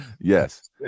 Yes